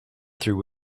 through